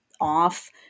off